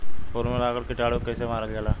फूल में लगल कीटाणु के कैसे मारल जाला?